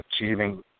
achieving